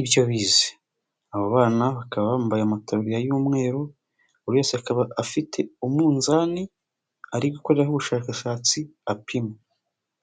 ibyo bize, aba bana bakaba bambaye amataburiya y'umweru buri wese akaba afite umunzani ari gukoreraho ubushakashatsi apima.